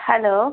hello